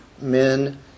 men